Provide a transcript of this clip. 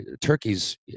Turkey's